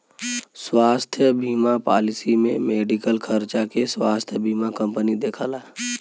स्वास्थ्य बीमा पॉलिसी में मेडिकल खर्चा के स्वास्थ्य बीमा कंपनी देखला